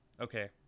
okay